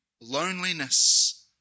loneliness